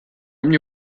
mnie